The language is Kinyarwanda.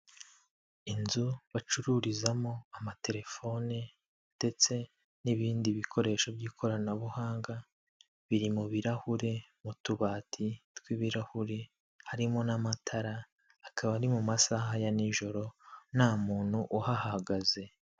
Inzu bacururizamo amatelefone ndetse n'ibindi bikoresho by'ikoranabuhanga, biri mu birahure mu tubati tw'ibirahure harimo n'amatara akaba ari mu masaha ya n'ijoro nta muntu uhahagaze.